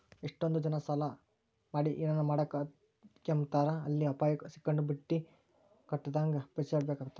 ಎಷ್ಟಕೊಂದ್ ಜನ ಸಾಲ ಮಾಡಿ ಏನನ ಮಾಡಾಕ ಹದಿರ್ಕೆಂಬ್ತಾರ ಎಲ್ಲಿ ಅಪಾಯುಕ್ ಸಿಕ್ಕಂಡು ಬಟ್ಟಿ ಕಟ್ಟಕಾಗುದಂಗ ಪೇಚಾಡ್ಬೇಕಾತ್ತಂತ